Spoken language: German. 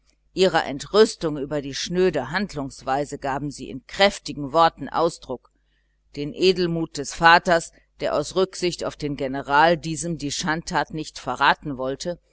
ihrer entrüstung über die schnöde handlungsweise gaben sie in kräftigen worten ausdruck den edelmut des vaters der aus rücksicht auf den general diesem die schandtat nicht verraten wollte